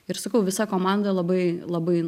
ir sakau visa komanda labai labai